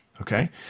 okay